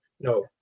no